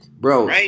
Bro